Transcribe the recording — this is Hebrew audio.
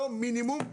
לא מינימום,